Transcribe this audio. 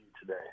today